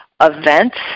events